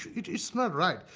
it's not right.